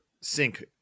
sync